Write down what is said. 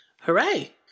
Hooray